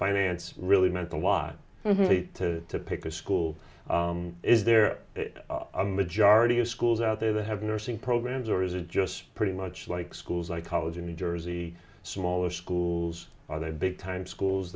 finance really meant the why to pick a school is there are a majority of schools out there that have nursing programs or is it just pretty much like schools like college in new jersey smaller schools are they big time schools